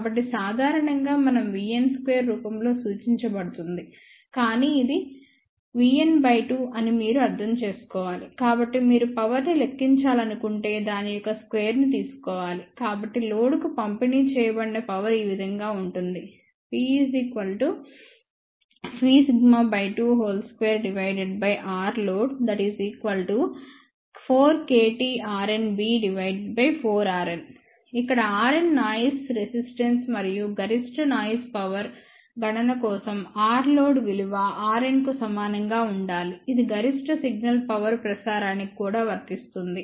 కాబట్టి సాధారణంగా మనం vn స్క్వేర్ రూపంలో సూచించబడుతుంది కానీ ఇది vn 2 అని మీరు అర్థం చేసుకోవాలి కాబట్టి మీరు పవర్ ని లెక్కించాలనుకుంటే దాని యొక్క స్క్వేర్ ని తీసుకోవాలి కాబట్టి లోడ్కు పంపిణీ చేయబడిన పవర్ ఈ విధంగా ఉంటుంది P 2RLoad4KTRnB4Rn ఇక్కడ Rn నాయిస్ రెసిస్టెన్స్ మరియు గరిష్ట నాయిస్ పవర్ గణన కోసం Rలోడ్ విలువ Rnకు సమానంగా ఉండాలి ఇది గరిష్ట సిగ్నల్ పవర్ ప్రసారానికి కూడా వర్తిస్తుంది